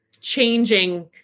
changing